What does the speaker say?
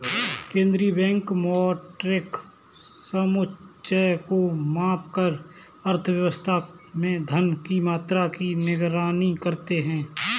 केंद्रीय बैंक मौद्रिक समुच्चय को मापकर अर्थव्यवस्था में धन की मात्रा की निगरानी करते हैं